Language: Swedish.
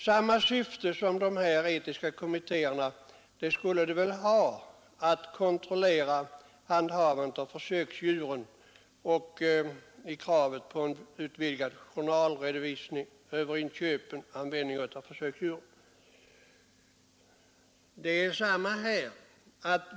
Samma resultat som dessa etiska kommittéer skall ge kan man väl också uppnå genom att kontrollera handhavandet av försöksdjuren och genom att tillgodose kraven på en vidgad journalföring när det gä inköp och användning av försöksdjur.